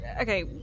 Okay